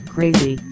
Crazy